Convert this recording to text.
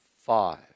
Five